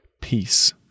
peace